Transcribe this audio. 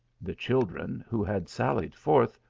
the children, who had sallied forth,